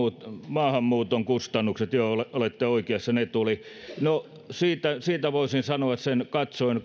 maahanmuuton kustannukset joo olette oikeassa ne tulivat no siitä voisin sanoa sen että katsoin